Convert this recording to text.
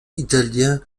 italien